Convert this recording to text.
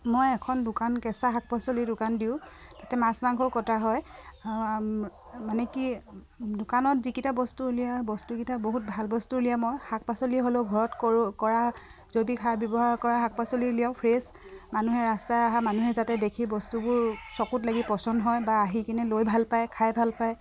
মই এখন দোকান কেঁচা শাক পাচলিৰ দোকান দিওঁ তাতে মাছ মাংস কটা হয় মানে কি দোকানত যিকিটা বস্তু উলিয়াও বস্তুকিটা বহুত ভাল বস্তু উলিয়াও মই শাক পাচলি হ'লেও ঘৰত কৰোঁ কৰা জৈৱিক সাৰ ব্যৱহাৰ কৰা শাক পাচলি উলিয়াও ফ্ৰেছ মানুহে ৰাস্তাৰে অহা মানুহে যাতে দেখি বস্তুবোৰ চকুত লাগি পচন্দ হয় বা আহি কিনে লৈ ভাল পায় খাই ভাল পায়